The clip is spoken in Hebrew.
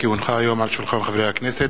על שולחן הכנסת,